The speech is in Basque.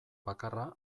bakarra